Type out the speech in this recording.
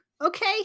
okay